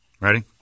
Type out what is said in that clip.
Ready